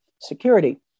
security